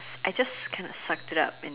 I just kind of sucked it up and